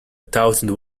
thousand